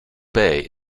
bay